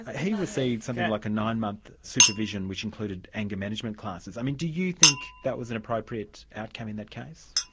he received something like a nine month supervision, which included anger management classes. i mean do you think that was an appropriate outcome in that case?